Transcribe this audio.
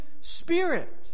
spirit